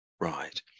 Right